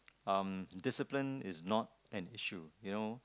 um discipline is not an issue you know